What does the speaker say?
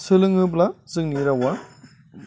सोलोङोब्ला जोंनि रावा